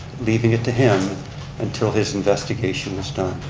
leaving it to him until his investigation was done.